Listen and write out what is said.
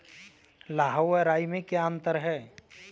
लाह व राई में क्या अंतर है?